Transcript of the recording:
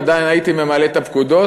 עדיין הייתי ממלא את הפקודות,